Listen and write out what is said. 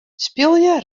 spylje